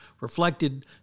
reflected